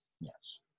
yes